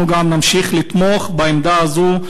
אנחנו גם נמשיך לתמוך בעמדה הזו,